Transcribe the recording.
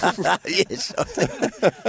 Yes